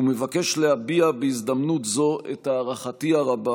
ומבקש להביע בהזדמנות זו את הערכתי הרבה